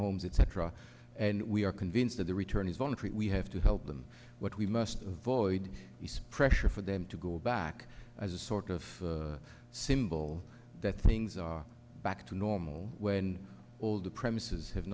homes etc and we are convinced that the return is only treat we have to help them what we must avoid nice pressure for them to go back as a sort of symbol that things are back to normal when all the premises have